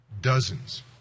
dozens